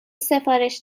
سفارش